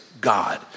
God